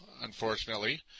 unfortunately